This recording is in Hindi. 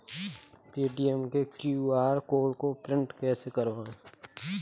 पेटीएम के क्यू.आर कोड को प्रिंट कैसे करवाएँ?